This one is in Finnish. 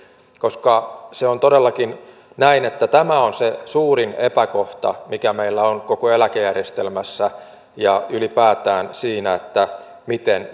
se on todellakin näin että tämä on se suurin epäkohta mikä meillä on koko eläkejärjestelmässä ja ylipäätään siinä miten